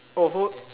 oh so